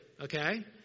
okay